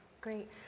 great